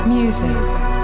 Music